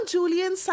Julian